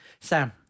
Sam